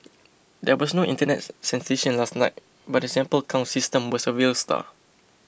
there was no Internet sensation last night but the sample count system was a real star